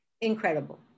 Incredible